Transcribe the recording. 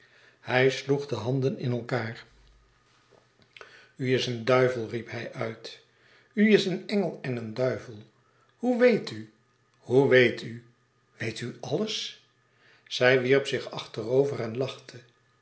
hij sloeg de handen in elkaâr u is een duivel riep hij uit u is een engel en een duivel hoe weet u hoe weèt u weet u alles zij wierp zich achterover en lachte